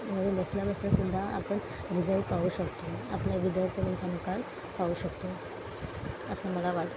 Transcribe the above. घरी बसल्या बसल्या सुद्धा आपण रिझल्ट पाहू शकतो आपल्या विद्यार्थिनीचा निकाल पाहू शकतो असं मला वाटतं